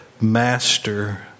Master